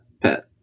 pet